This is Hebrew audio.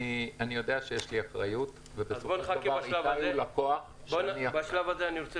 אני יודע שיש לי אחריות ובסופו של דבר איתי הוא לקוח שלי --- אני רוצה